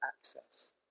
access